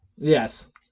Yes